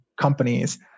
companies